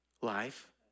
life